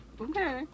Okay